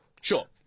Sure